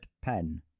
pen